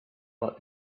what